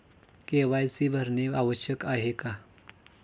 KYC भरणे आवश्यक आहे का?